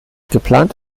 geplant